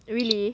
really